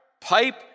pipe